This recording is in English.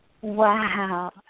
Wow